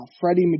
Freddie